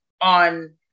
on